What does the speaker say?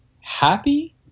happy